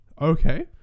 okay